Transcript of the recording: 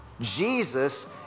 Jesus